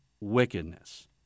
wickedness